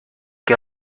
que